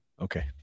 Okay